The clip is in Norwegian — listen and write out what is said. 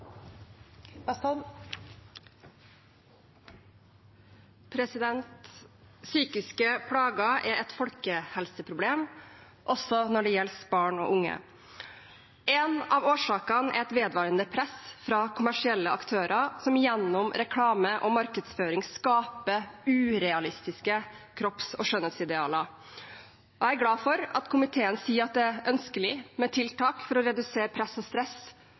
dem opp. Psykiske plager er et folkehelseproblem, også når det gjelder barn og unge. En av årsakene er et vedvarende press fra kommersielle aktører som gjennom reklame og markedsføring skaper urealistiske kropps- og skjønnhetsidealer. Jeg er glad for at komiteen sier at det er ønskelig med tiltak for å redusere press og stress